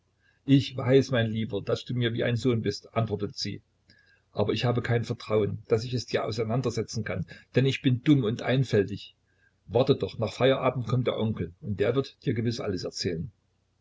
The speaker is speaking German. ich weiß mein lieber daß du mir wie ein sohn bist antwortet sie aber ich habe kein vertrauen daß ich es dir auseinandersetzen kann denn ich bin dumm und einfältig warte doch nach feierabend kommt der onkel und der wird dir gewiß alles erzählen